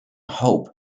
hope